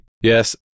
Yes